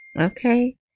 okay